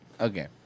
Okay